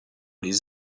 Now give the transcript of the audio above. les